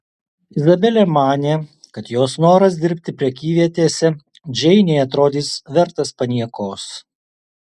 izabelė manė kad jos noras dirbti prekyvietėse džeinei atrodys vertas paniekos